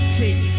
take